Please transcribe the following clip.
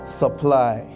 supply